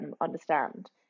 understand